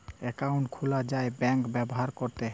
account খুলা যায় bank ব্যাভার ক্যরতে